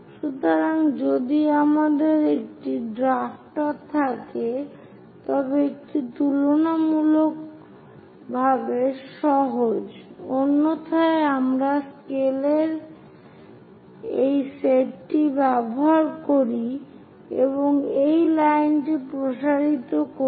সুতরাং যদি আমাদের একটি ড্রাফটার থাকে তবে এটি তুলনামূলকভাবে সহজ অন্যথায় আমরা স্কেলের এই সেটটি ব্যবহার করি এবং এই লাইনটি প্রসারিত করি